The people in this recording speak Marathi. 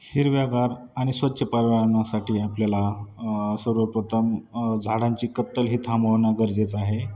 हिरव्यागार आणि स्वच्छ परीवारणासाठी आपल्याला सर्वप्रथम झाडांची कत्तल ही थांबवणं गरजेचं आहे